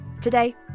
Today